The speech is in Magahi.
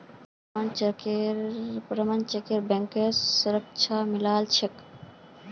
प्रमणित चेकक बैंकेर सुरक्षा मिलाल ह छे